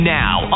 now